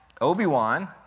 Obi-Wan